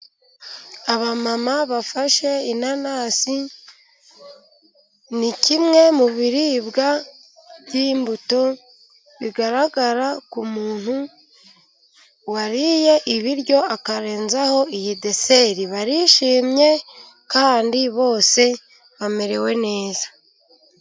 Abama bafashe inanasi. Ni kimwe mu biribwa by'imbuto bigaragara ku muntu wariye ibiryo akarenzaho iyi deseri. Barishimye, kandi bose bamerewe neza.